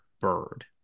bird